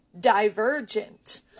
divergent